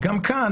וגם כאן,